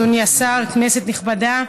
אדוני השר, כנסת נכבדה,